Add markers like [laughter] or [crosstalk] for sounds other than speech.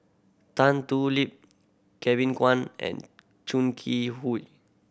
Tan Thoon Lip Kevin Kwan and Chong Kee [unintelligible]